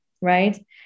right